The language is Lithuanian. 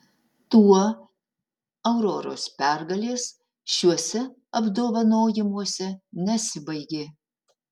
tuo auroros pergalės šiuose apdovanojimuose nesibaigė